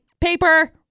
paper